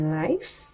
life